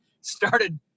started